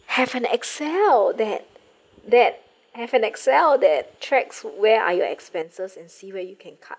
have an Excel that that have an Excel that tracks where are your expenses and see where you can cut